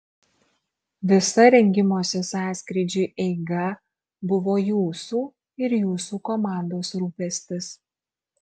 visa rengimosi sąskrydžiui eiga buvo jūsų ir jūsų komandos rūpestis